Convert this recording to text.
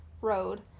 Road